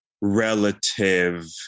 relative